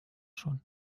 schon